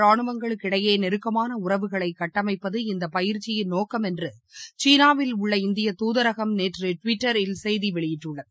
ராணுவங்களுக்கிடையேநெருக்கமானஉறவுகளைகட்டமைப்பது இருநாடுகளின் இந்தபயிற்சியின் நோக்கம் என்றுசீனாவில் உள்ள இந்திய தூதரகம் நேற்றடுவிட்டரில் செய்திவெளியிட்டுள்ளது